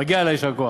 מגיע לה יישר כוח.